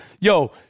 Yo